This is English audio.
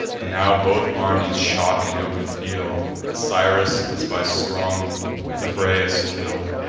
and now both armies shock in open field osiris is by strong thymbraeus kill'd.